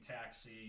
Taxi